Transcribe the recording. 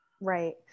Right